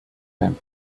him